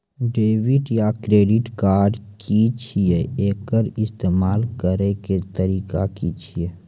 Debit या credit card की छियै? एकर इस्तेमाल करैक तरीका की छियै?